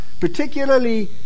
particularly